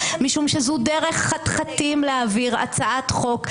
משום שזו דרך חתחתים להעביר הצעת חוק,